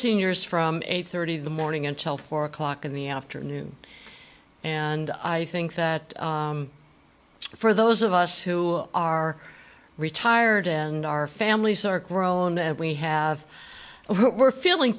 seniors from eight thirty in the morning until four o'clock in the afternoon and i think that for those of us who are retired and our families are grown and we have we're feeling